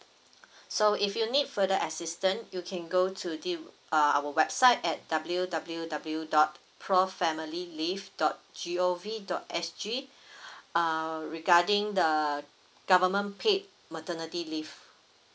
so if you need further assistance you can go to the uh our website at W W W dot pro family leave dot G O V dot S G uh regarding the government paid maternity leave